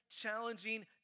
challenging